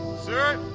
sir?